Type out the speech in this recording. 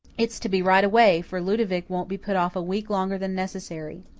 it's to be right away for ludovic won't be put off a week longer than necessary.